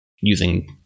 using